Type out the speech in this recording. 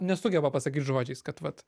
nesugeba pasakyt žodžiais kad vat